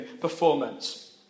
performance